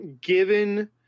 given